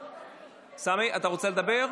סמי, אתה רוצה לדבר?